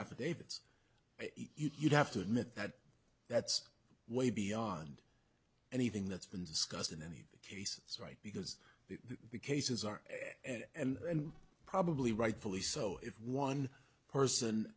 affidavits you'd have to admit that that's way beyond anything that's been discussed in any cases right because the cases are and probably rightfully so if one person